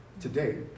today